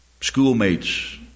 schoolmates